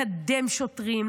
לקדם שוטרים,